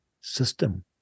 system